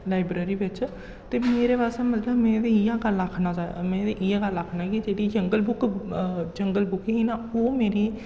library बिच्च ते मेरे बास्तै मतलब में ते इ'यां गल्ल आखना में ते इ'यै गल्ल आखना के जेह्ड़ी जंगल बुक जंगल बुक ही ना ओह् मेरी